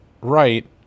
right